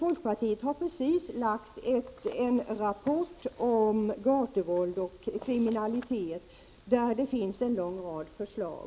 Folkpartiet har nyss lagt fram en rapport om gatuvåld och kriminalitet, där det ges en lång rad förslag.